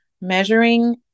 measuring